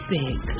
big